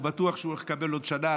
הוא בטוח שהוא הולך לקבל עוד שנה,